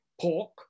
pork